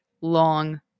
long